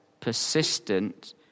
persistent